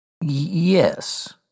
Yes